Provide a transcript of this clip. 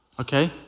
okay